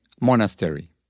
monastery